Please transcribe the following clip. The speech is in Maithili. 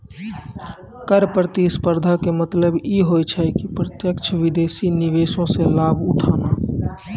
कर प्रतिस्पर्धा के मतलब इ होय छै कि प्रत्यक्ष विदेशी निवेशो से लाभ उठाना